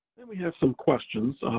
then we have some questions,